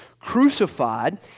crucified